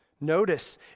Notice